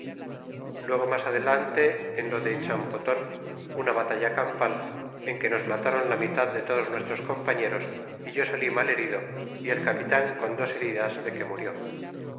luego mas adelante en lo de la chanpoton una batalla campal en que nos matáron la mitad de todos nuestros compañeros é yo san mal herido y el capitan con dos heridas de que murió